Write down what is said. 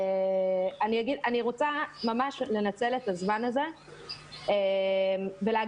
אני רוצה לנצל את הזמן הזה ולהגיד.